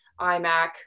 iMac